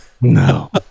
No